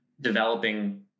developing